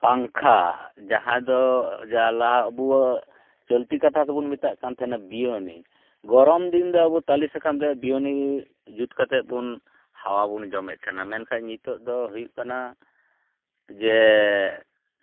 ᱯᱟᱝᱠᱷᱟ ᱡᱟᱦᱟᱸ ᱫᱚ ᱡᱟᱦᱟᱸ ᱟᱵᱚᱣᱟᱜ ᱪᱚᱞᱛᱤ ᱠᱟᱛᱷᱟ ᱛᱮᱵᱚᱱ ᱢᱮᱛᱟᱜ ᱠᱟᱱ ᱛᱟᱦᱮᱸᱜ ᱵᱤᱭᱳᱱᱤ ᱜᱚᱨᱚᱢ ᱫᱤᱱ ᱫᱚ ᱟᱵᱳ ᱛᱟᱞᱮ ᱥᱟᱠᱟᱢ ᱨᱮᱭᱟᱜ ᱵᱤᱭᱳᱱᱤ ᱡᱩᱛ ᱠᱟᱛᱮᱫ ᱵᱚᱱ ᱦᱟᱣᱟ ᱵᱚᱱ ᱡᱚᱢᱮᱜ ᱛᱟᱦᱮᱱᱟ ᱢᱮᱱᱠᱷᱟᱡ ᱱᱤᱛᱚᱜ ᱫᱚ ᱦᱩᱭᱩᱜ ᱠᱟᱱᱟ ᱡᱮ